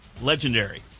Legendary